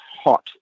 hot